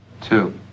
Two